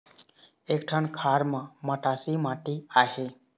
एक ठन खार म मटासी माटी आहे?